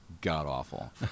god-awful